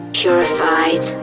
purified